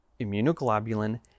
immunoglobulin